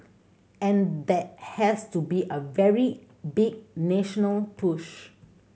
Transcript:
and that has to be a very big national push